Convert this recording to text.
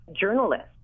journalists